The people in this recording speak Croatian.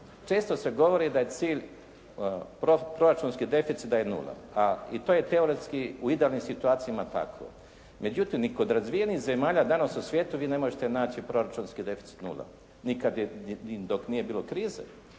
Često se govori da je cilj proračunski deficit da je nula i to je teoretski u idealnim situacijama tako. Međutim, i kod razvijenih zemalja danas u svijetu vi ne možete naći proračunski deficit nula, ni dok nije bilo krize.